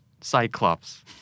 Cyclops